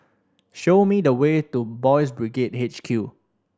show me the way to Boys' Brigade H Q